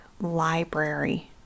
Library